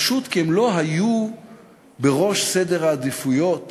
פשוט מפני שהם לא היו בראש סדר העדיפויות